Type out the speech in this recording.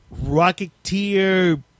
Rocketeer